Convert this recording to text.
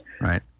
Right